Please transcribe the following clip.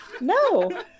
No